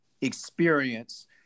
experience